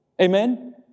Amen